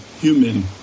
human